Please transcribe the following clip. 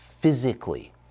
physically